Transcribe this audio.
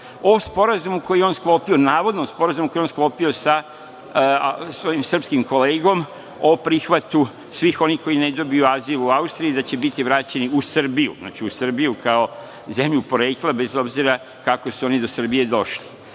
o sporazumu koji je on sklopio, navodno sporazumu koji je on sklopio sa srpskim kolegom o prihvatu svih onih ne dobiju azil u Austriji da će biti vraćeni u Srbiju, kao zemlju porekla bez obzira kako su oni do Srbije